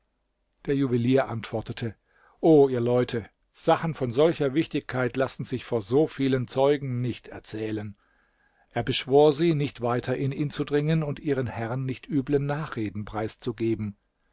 der juwelier antwortete o ihr leute sachen von solcher wichtigkeit lassen sich vor so vielen zeugen nicht erzählen er beschwor sie nicht weiter in ihn zu dringen und ihren herren nicht üblen nachreden preiszugeben